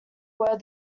were